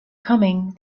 coming